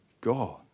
God